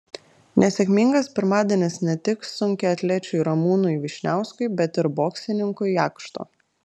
nesėkmingas pirmadienis ne tik sunkiaatlečiui ramūnui vyšniauskui bet ir boksininkui jakšto